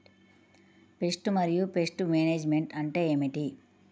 Pest మరియు pest management అంటే ఏమిటి?